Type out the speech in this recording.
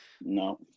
No